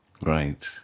Right